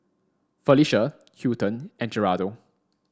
Felecia Hilton and Geraldo